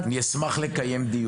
אנחנו נבדוק את זה.